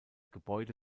gebäude